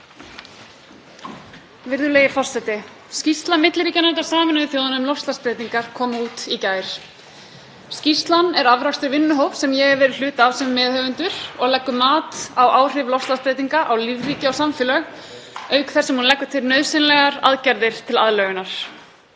Skýrsla milliríkjanefndar Sameinuðu þjóðanna um loftslagsbreytingar kom út í gær. Skýrslan er afrakstur vinnuhóps sem ég hef verið hluti af sem meðhöfundur og leggur mat á áhrif loftslagsbreytinga á lífríki og samfélög, auk þess sem hún leggur til nauðsynlegar aðgerðir til aðlögunar.